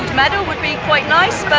medal would be quite nice,